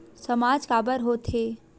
सामाज काबर हो थे?